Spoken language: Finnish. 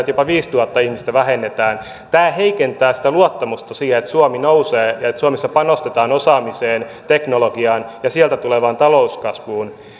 jopa viisituhatta ihmistä vähennetään tämä heikentää luottamusta siihen että suomi nousee ja että suomessa panostetaan osaamiseen teknologiaan ja sieltä tulevaan talouskasvuun